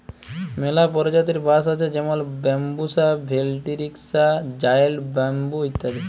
ম্যালা পরজাতির বাঁশ আছে যেমল ব্যাম্বুসা ভেলটিরিকসা, জায়েল্ট ব্যাম্বু ইত্যাদি